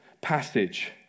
passage